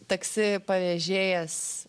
taksi pavėžėjęs